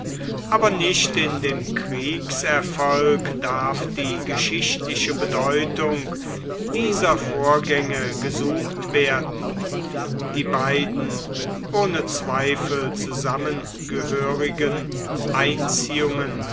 aber nicht in dem kriegserfolg darf die geschichtliche bedeutung dieser vorgänge gesucht werden die beiden ohne zweifel zusammengehörigen einziehungen